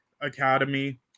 academy